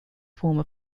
former